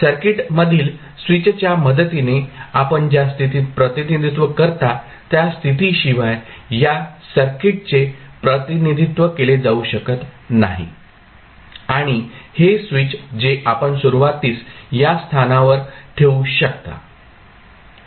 circuit मधील स्विचच्या मदतीने आपण ज्या स्थितीत प्रतिनिधित्व करता त्या स्थिती शिवाय या सर्किटचे प्रतिनिधित्व केले जाऊ शकत नाही आणि हे स्विच जे आपण सुरुवातीस या स्थानावर ठेवू शकता